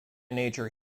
nature